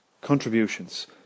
contributions